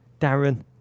Darren